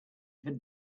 had